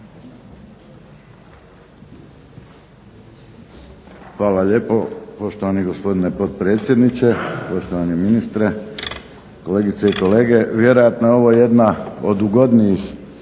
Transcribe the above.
Hvala lijepo poštovani gospodine potpredsjedniče. Poštovani ministre, kolegice i kolege. Vjerojatno je ovo jedna od ugodnijih